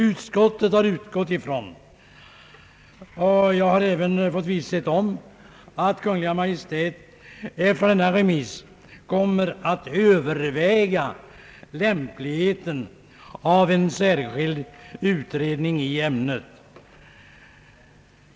Utskottet har utgålt ifrån — och jag har fått visshet om att det förhåller sig så att Kungl. Maj:t efter denna remiss kommer att överväga lämpligheten av en särskild utredning i ämnet.